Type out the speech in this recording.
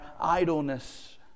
idleness